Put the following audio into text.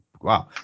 wow